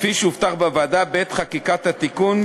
כפי שהובטח בוועדה בעת חקיקת התיקון,